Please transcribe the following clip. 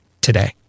Today